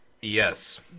Yes